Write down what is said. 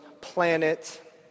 planet